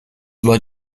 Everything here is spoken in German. war